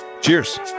Cheers